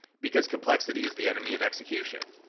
because complexity is the enemy of execution.